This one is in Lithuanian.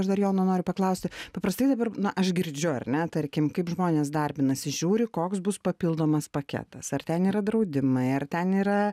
aš dar jono noriu paklausti paprastai dabar na aš girdžiu ar ne tarkim kaip žmonės darbinasi žiūri koks bus papildomas paketas ar ten yra draudimai ar ten yra